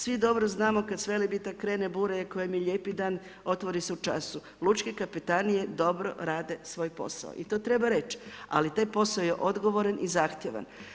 Svi dobro znamo kada s Velebita krene bura, ako vam je lijepi dan, otvori se u času, lučke kapetanije dobro rade svoj posao i to treba reći, ali taj posao je odgovoran i zahtjevan.